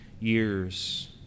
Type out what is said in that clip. Years